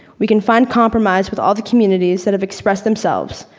we can find compromise with all the communities that have expressed themselves.